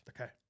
Okay